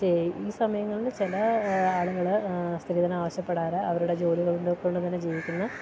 ഈ സമയങ്ങളില് ചില ആളുകള് സ്ത്രീധനം ആവശ്യപ്പെടാതെ അവരുടെ ജോലികൾ നോക്കിക്കൊണ്ട് തന്നെ ജീവിക്കുന്ന